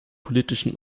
politischen